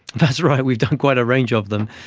that's right, we've done quite a range of them.